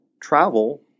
travel